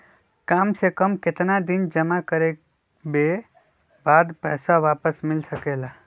काम से कम केतना दिन जमा करें बे बाद पैसा वापस मिल सकेला?